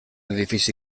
edifici